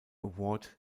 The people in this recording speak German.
award